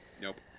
Nope